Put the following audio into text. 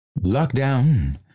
Lockdown